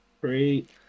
Great